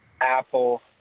Apple